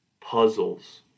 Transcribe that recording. puzzles